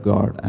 God